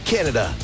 Canada